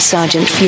Sergeant